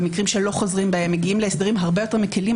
במקרים שלא חוזרים בהם מגיעים להסדרים הרבה יותר מקלים.